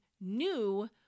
new